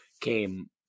came